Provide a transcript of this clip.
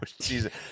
jesus